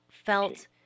felt